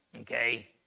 Okay